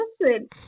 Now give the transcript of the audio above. listen